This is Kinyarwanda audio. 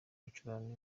ibicurane